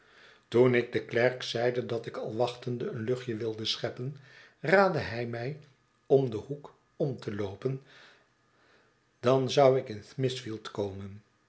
toen ik den klerk zeide dat ik al wachtende een luchtje wilde scheppen raadde hij mij om den hoek om te loopen dan zou ik in smithfield komen